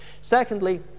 Secondly